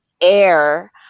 air